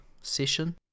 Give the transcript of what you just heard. session